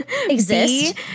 exist